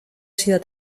sido